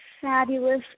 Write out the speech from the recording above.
fabulous